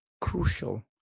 crucial